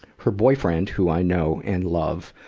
her boyfriend, who i know and love,